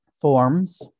forms